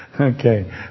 Okay